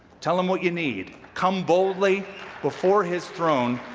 tell him what you need. come boldly before his throne,